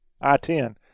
I-10